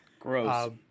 gross